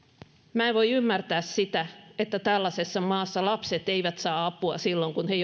minä en voi ymmärtää sitä että tällaisessa maassa lapset eivät saa apua silloin kun he